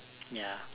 ya